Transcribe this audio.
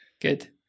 Good